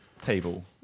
table